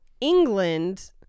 England